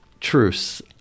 truce